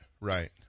Right